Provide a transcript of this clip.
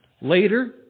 Later